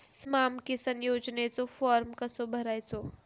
स्माम किसान योजनेचो फॉर्म कसो भरायचो?